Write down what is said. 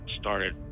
started